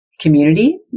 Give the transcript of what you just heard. community